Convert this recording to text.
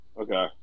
Okay